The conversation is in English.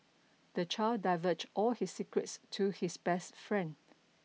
the child divulged all his secrets to his best friend